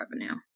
revenue